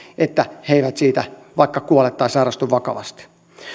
että he eivät siitä vaikka kuole tai sairastu vakavasti